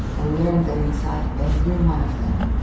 and learned that inside every one of them,